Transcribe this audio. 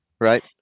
right